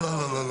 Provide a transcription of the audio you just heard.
לא, לא,